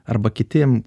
arba kitiem